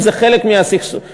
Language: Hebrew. אם זה חלק מהסכסוך,